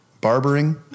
barbering